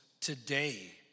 today